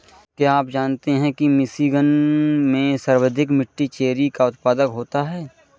क्या आप जानते हैं कि मिशिगन में सर्वाधिक मीठी चेरी का उत्पादन होता है?